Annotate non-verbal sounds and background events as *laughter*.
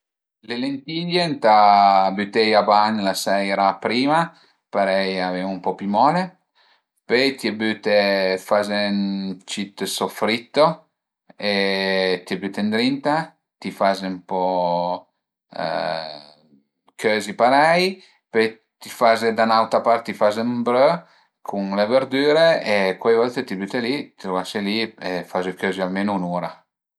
Le lentiglie ëntà büteie a bagn la seira prima parei a ven-u ën po pi mole, pöi t'ie büte ëndrinta, t'ie faze ën po *hesitation* cözi parei, poi ti faze da n'auta part ti faze ën brö cun le verdüre e cuai volte t'ie büte li, t'lu lase li e faze cözi almenu ün ura